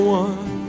one